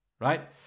right